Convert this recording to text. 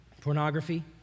Pornography